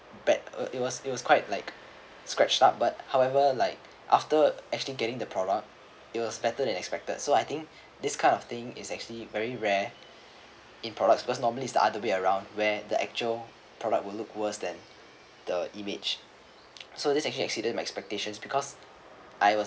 bad uh it was it was quite like scratched up but however like after actually getting the product it was better than expected so I think this kind of thing is actually very rare in products because normally is the other way around where the actual product will look worse than the image so this actually exceeded my expectations because I was